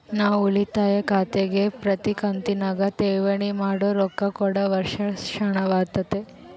ನಾವು ಉಳಿತಾಯ ಖಾತೆಗೆ ಪ್ರತಿ ಕಂತಿನಗ ಠೇವಣಿ ಮಾಡೊ ರೊಕ್ಕ ಕೂಡ ವರ್ಷಾಶನವಾತತೆ